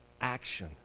action